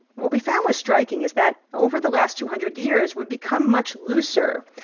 what we found was striking, is that over the last two hundred years, we've become much looser.